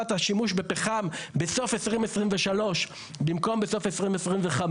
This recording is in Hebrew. השימוש בפחם בסוף 2023 במקום בסוף 2025,